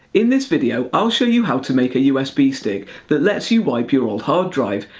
in this video i'll show you how to make a usb stick that lets you wipe your old hard drive,